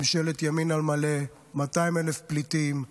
ממשלת ימין על מלא, 200,000 פליטים,